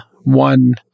one